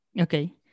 Okay